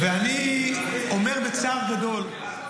ואני אומר בצער גדול,